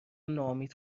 ناامید